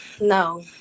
no